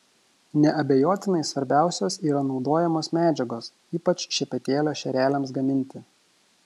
neabejotinai svarbiausios yra naudojamos medžiagos ypač šepetėlio šereliams gaminti